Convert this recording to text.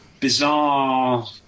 Bizarre